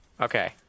Okay